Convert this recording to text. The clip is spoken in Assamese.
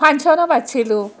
ফাংচনো পাতিছিলোঁ